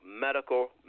medical